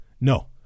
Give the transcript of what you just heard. No